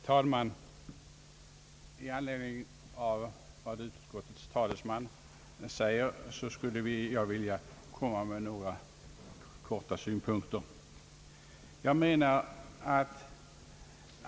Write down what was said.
Herr talman! Jag skulle i korthet vilja anföra några synpunkter i anledning av vad utskottets talesman framhållit.